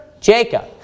Jacob